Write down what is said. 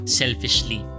selfishly